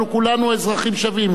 אנחנו כולנו אזרחים שווים.